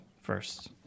first